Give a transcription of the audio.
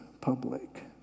public